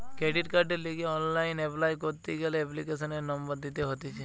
credit কার্ডের লিগে online apply করতি গ্যালে এপ্লিকেশনের নম্বর দিতে হতিছে